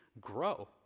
grow